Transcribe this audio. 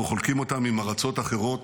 אנחנו חולקים אותם עם ארצות אחרות,